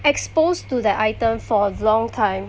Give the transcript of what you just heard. exposed to that item for a long time